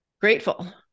Grateful